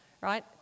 right